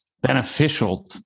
beneficial